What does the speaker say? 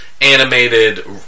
Animated